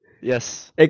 Yes